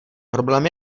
problém